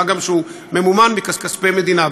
מה גם שהוא ממומן מכספי מדינה.